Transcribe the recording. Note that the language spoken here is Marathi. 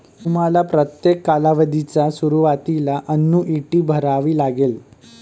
तुम्हाला प्रत्येक कालावधीच्या सुरुवातीला अन्नुईटी भरावी लागेल